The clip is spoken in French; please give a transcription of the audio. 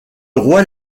roi